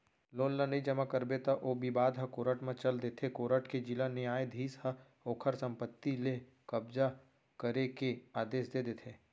loan ल नइ जमा करबे त ओ बिबाद ह कोरट म चल देथे कोरट के जिला न्यायधीस ह ओखर संपत्ति ले कब्जा करे के आदेस दे देथे